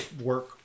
work